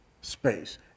space